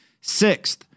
Sixth